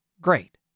great